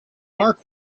mark